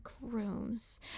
rooms